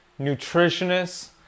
nutritionists